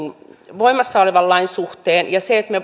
voimassa olevan lain suhteen ja se